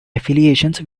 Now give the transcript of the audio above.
affiliations